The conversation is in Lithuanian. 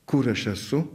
kur aš esu